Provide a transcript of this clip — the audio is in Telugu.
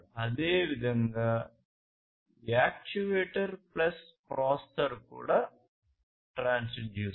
అదేవిధంగా యాక్యుయేటర్ ప్లస్ ప్రాసెసర్ కూడా ట్రాన్స్డ్యూసెర్